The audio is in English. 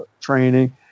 training